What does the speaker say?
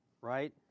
right